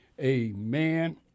Amen